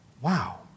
Wow